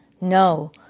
no